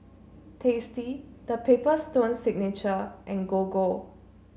Tasty The Paper Stone Signature and Gogo